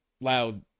Loud